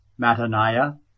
Mataniah